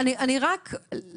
שאני אקריא או את?